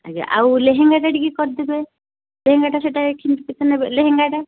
ଆଜ୍ଞା ଆଉ ଲେହେଙ୍ଗାଟା ଟିକେ କରିଦେବେ ଲେହେଙ୍ଗାଟା ସେଇଟା କେମିତି କେତେ ନେବେ ଲେହେଙ୍ଗାଟା